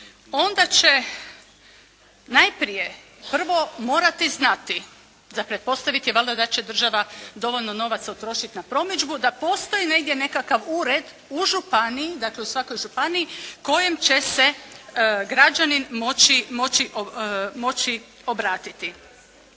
onda će najprije prvo morati znati, za pretpostaviti je valjda da će država dovoljno novaca utrošiti na promidžbu da postoji negdje nekakav ured u županiji, dakle u svakoj županiji kojem će se građanin moći obratiti.